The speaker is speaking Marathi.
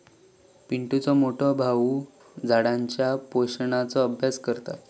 पिंटुचो मोठो भाऊ झाडांच्या पोषणाचो अभ्यास करता